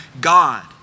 God